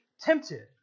tempted